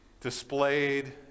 displayed